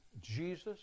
Jesus